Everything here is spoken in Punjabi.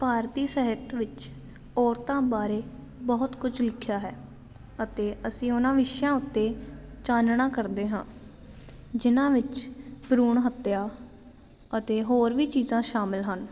ਭਾਰਤੀ ਸਾਹਿਤ ਵਿੱਚ ਔਰਤਾਂ ਬਾਰੇ ਬਹੁਤ ਕੁਝ ਲਿਖਿਆ ਹੈ ਅਤੇ ਅਸੀਂ ਉਹਨਾਂ ਵਿਸ਼ਿਆਂ ਉੱਤੇ ਚਾਨਣ ਕਰਦੇ ਹਾਂ ਜਿਨ੍ਹਾਂ ਵਿੱਚ ਭਰੂਣ ਹੱਤਿਆ ਅਤੇ ਹੋਰ ਵੀ ਚੀਜ਼ਾਂ ਸ਼ਾਮਿਲ ਹਨ